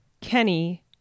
Kenny